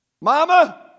Mama